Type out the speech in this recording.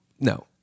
No